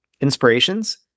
inspirations